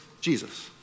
Jesus